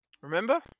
Remember